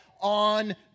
on